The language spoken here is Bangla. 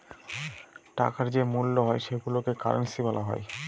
টাকার যে মূল্য হয় সেইগুলোকে কারেন্সি বলা হয়